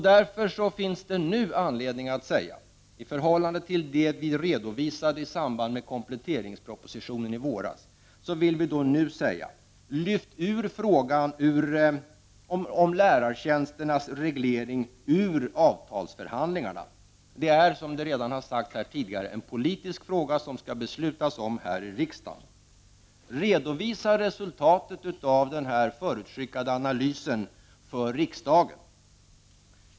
Därför finns det nu anledning för oss i centern att säga, i förhållande till det vi redovisade i samband med kompletteringspropositionen i våras, att frågan om lärartjänsternas reglering skall lyftas ut ur avtalsförhandlingarna. Det är, vilket redan har sagts här tidigare, en politisk fråga som riksdagen skall fatta beslut om. Därför säger vi i centern: Redovisa resultatet av denna förutskickade analys för riksdagen!